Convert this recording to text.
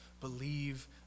Believe